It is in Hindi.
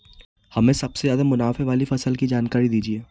हमें सबसे ज़्यादा मुनाफे वाली फसल की जानकारी दीजिए